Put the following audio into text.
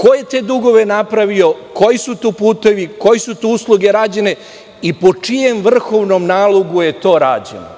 ko je te dugove napravio, koji su putevi, koje su usluge rađene, po čijem vrhovnom nalogu je to rađeno